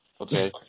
Okay